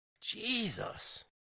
Jesus